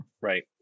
Right